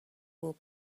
will